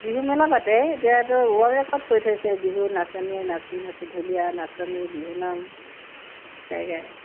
বিহু মেলা পাতে এতিয়াতো ৱৰ্ল্ড ৰেকৰ্ড কৰি থৈছে বিহু নাচনীয়ে নাচি নাচি ঢুলীয়া নাচনী বিহুনাম গায় গায়